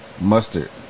Mustard